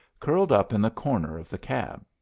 curled up in the corner of the cab.